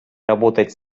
работать